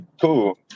cool